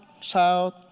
south